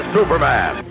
Superman